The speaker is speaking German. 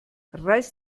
reiß